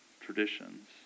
traditions